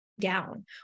Down